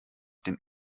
dem